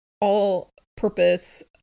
all-purpose